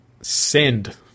Send